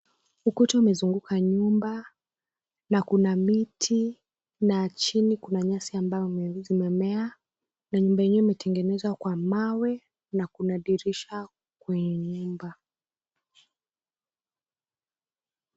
Ukuta umezunguka nyumba na kuna miti na chini kuna nyasi, ambao zimemea na nyumba yenyewe imetengenezwa kwa mawe na kuna dirisha kwenye nyumba.